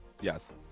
Yes